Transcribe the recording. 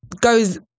goes